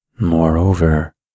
Moreover